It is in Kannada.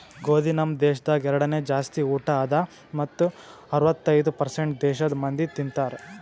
ಗೋದಿ ನಮ್ ದೇಶದಾಗ್ ಎರಡನೇ ಜಾಸ್ತಿ ಊಟ ಅದಾ ಮತ್ತ ಅರ್ವತ್ತೈದು ಪರ್ಸೇಂಟ್ ದೇಶದ್ ಮಂದಿ ತಿಂತಾರ್